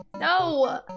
No